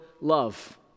love